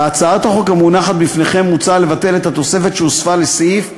בהצעת החוק המונחת בפניכם מוצע לבטל את התוספת שהוספה לסעיף,